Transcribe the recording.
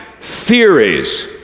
theories